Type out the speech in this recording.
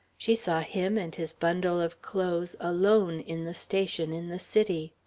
she saw him and his bundle of clothes alone in the station in the city.